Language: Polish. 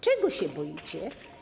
Czego się boicie?